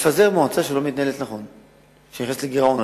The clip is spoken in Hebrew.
לפזר מועצה שלא מתנהלת נכון, שנכנסת לגירעון.